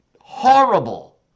horrible